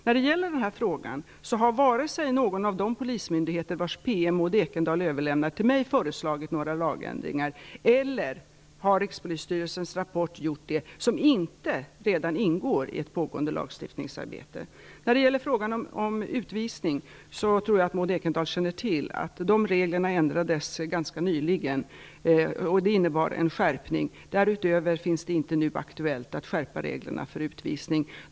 När det gäller den här frågan har vare sig någon av de polismyndigheter vars PM Maud Ekendahl överlämnat till mig eller Rikspolisstyrelsen i sin rapport föreslagit några lagändringar som inte redan ingår i ett pågående lagstiftningsarbete. Vad gäller frågan om utvisning tror jag att Maud Ekendahl känner till att de reglerna ändrades ganska nyligen, vilket innebar en skärpning. Därutöver är det inte nu aktuellt att skärpa reglerna för utvisning.